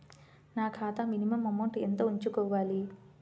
నా ఖాతా minimum amount ఎంత ఉంచుకోవాలి?